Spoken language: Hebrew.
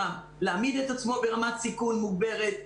גם להעמיד את עצמו ברמת סיכון מוגברת.